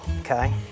okay